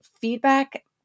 feedback